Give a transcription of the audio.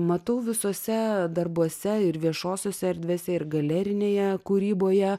matau visuose darbuose ir viešosiose erdvėse ir galerinėje kūryboje